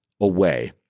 away